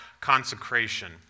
consecration